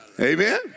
Amen